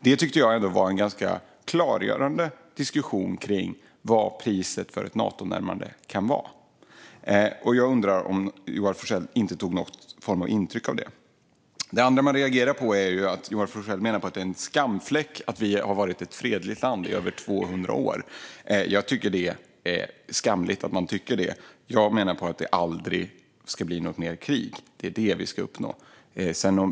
Det tyckte jag var en ganska klargörande diskussion om vad priset för ett Natonärmande kan vara. Jag undrar om Joar Forssell inte tog något intryck alls av det. Det andra man reagerar på är att Joar Forssell menar att det är en skamfläck att vi har varit ett fredligt land i över 200 år. Jag tycker att det är skamligt att man tycker det. Jag menar att det aldrig mer ska bli krig - det är det vi ska uppnå.